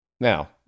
Now